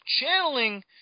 channeling –